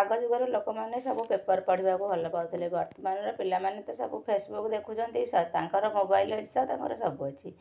ଆଗ ଯୁଗର ଲୋକମାନେ ସବୁ ପେପର ପଢ଼ିବାକୁ ଭଲ ପାଉଥିଲେ ବର୍ତ୍ତମାନର ପିଲାମାନେ ତ ସବୁ ଫେସବୁକ୍ ଦେଖୁଛନ୍ତି ତାଙ୍କର ମୋବାଇଲ୍ ଅଛି ତ ତାଙ୍କର ସବୁ ଅଛି